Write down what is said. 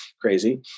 crazy